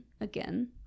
again